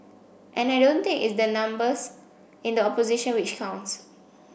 and I don't think it's the numbers in the opposition which counts